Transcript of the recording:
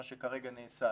מה שכרגע נעשה,